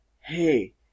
hey